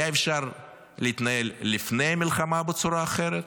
היה אפשר להתנהל לפני המלחמה בצורה אחרת,